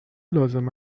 لازم